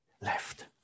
left